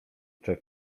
cze